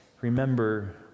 remember